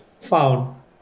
found